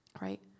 right